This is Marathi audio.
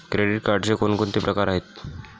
क्रेडिट कार्डचे कोणकोणते प्रकार आहेत?